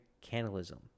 cannibalism